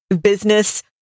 business